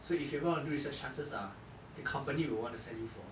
so if you ever want to do research the chances are the company will want to send you for